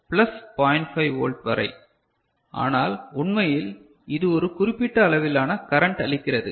5 volt வரை ஆனால் உண்மையில் இது ஒரு குறிப்பிட்ட அளவிலான கரண்ட் அளிக்கிறது